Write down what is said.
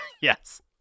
Yes